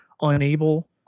unable